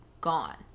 gone